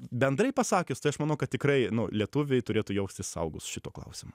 bendrai pasakius tai aš manau kad tikrai nu lietuviai turėtų jaustis saugūs šituo klausimu